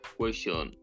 question